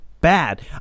bad